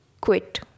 quit